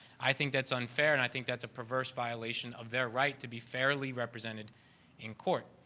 i think that's unfair and i think that's a perverse violation of their right to be fairly represented in court.